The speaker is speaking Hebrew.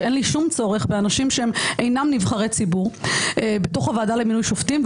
שאין לי שום צורך באנשים שהם אינם נבחרי ציבור בוועדה למינוי שופטים,